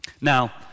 Now